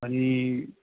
अनि